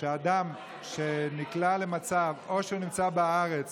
אדם שנקלע למצב שהוא נמצא בארץ